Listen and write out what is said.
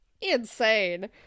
insane